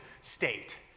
state